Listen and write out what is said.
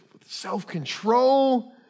self-control